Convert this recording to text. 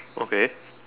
okay